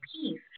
peace